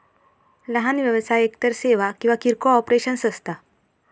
लहान व्यवसाय एकतर सेवा किंवा किरकोळ ऑपरेशन्स असता